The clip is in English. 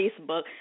Facebook